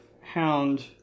hound